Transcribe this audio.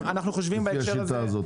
לפי השיטה הזאת.